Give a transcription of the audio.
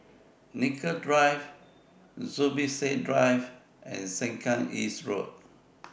Nicoll Drive Zubir Said Drive and Sengkang East Road